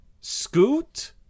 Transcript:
Scoot